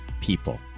people